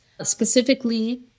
Specifically